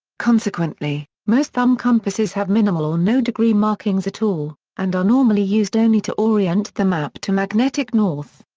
consequently, most thumb compasses have minimal or no degree markings at all, and are normally used only to orient the map to magnetic north.